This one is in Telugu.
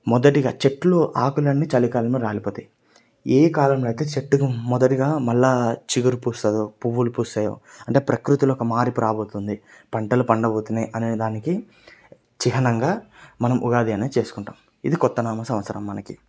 మొదటిగా చెట్లు ఆకులన్నీ చలికాలంలో రాలిపోతాయి ఏ కాలంలో అయితే చెట్టు ఇక మొదటిగా మళ్ళీ చిగురు పూస్తుందో పువ్వులు పూస్తాయో అంటే ప్రకృతిలో ఒక మార్పు రాబోతుంది పంటలు పండబోతున్నాయి అనేదానికి చిహ్నంగా మనం ఉగాది అనేది చేసుకుంటాము ఇది కొత్త నామ సంవత్సరం మనకి